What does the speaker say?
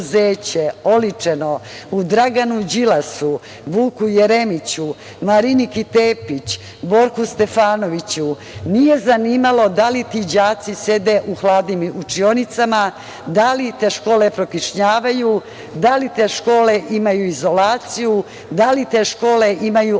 oličeno u Draganu Đilasu, Vuku Jeremiću, Mariniki Tepić, Borku Stefanoviću nije zanimalo da li ti đaci sede u hladnim učionicama, da li te škole prokišnjavaju, da li te škole imaju izolaciju, da li te škole imaju adekvatne